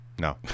no